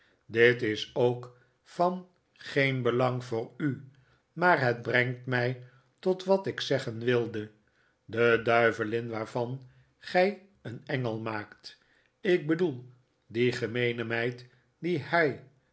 dit is ook van geen belang voor u maar het brengt mij tot wat ik zeggen wilde de duivelin waarvan gij een engel maakt ik bedoel die gemeene meid die hij